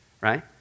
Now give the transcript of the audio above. right